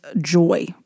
joy